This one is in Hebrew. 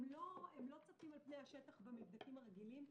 הם לא צפים על פני השטח במבדקים הרגילים,